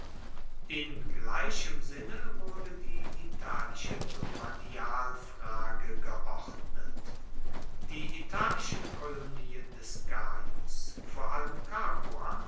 in gleichem sinne wurde die italische domanialfrage geordnet die italischen kolonien des gaius vor allem